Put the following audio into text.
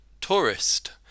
Tourist